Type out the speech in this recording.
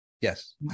Yes